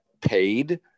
paid